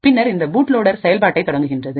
பின்னர்இந்த bootloader செயல்பாட்டை தொடங்குகின்றது